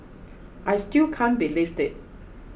I still can't believe it